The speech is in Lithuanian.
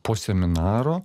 po seminaro